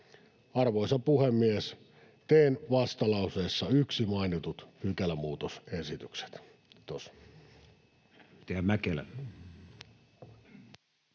Arvoisa puhemies! Teen vastalauseessa 1 mainitut pykälämuutosesitykset. — Kiitos.